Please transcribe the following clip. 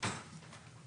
בדיון או להביע עמדתו,